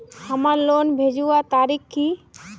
हमार लोन भेजुआ तारीख की?